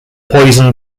poison